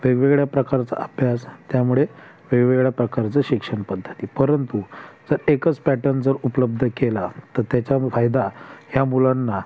वेगवेगळ्या प्रकारचा अभ्यास त्यामुळे वेगवेगळ्या प्रकारचं शिक्षण पद्धती परंतु जर एकच पॅटर्न जर उपलब्ध केला तर त्याचा फायदा ह्या मुलांना